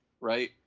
right